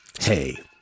Hey